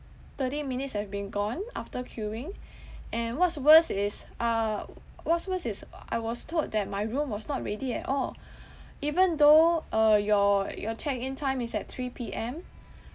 thirty minutes have been gone after queuing and what's worse is uh what's worse is I was told that my room was not ready at all even though uh your your check in time is at three P_M